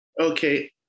Okay